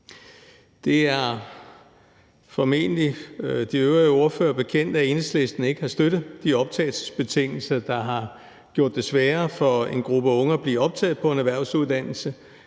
Det er formentlig de øvrige ordførere bekendt, at Enhedslisten ikke har støttet de optagelsesbetingelser, der har gjort det sværere for en gruppe unge at blive optaget på en erhvervsuddannelse,